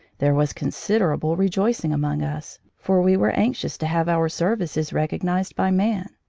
there was considerable rejoicing among us, for we were anxious to have our services recognised by man.